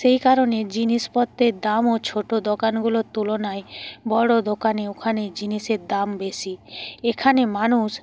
সেই কারণে জিনিসপত্রের দামও ছোটো দোকানগুলোর তুলনায় বড় দোকানে ওখানে জিনিসের দাম বেশি এখানে মানুষ